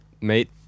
Mate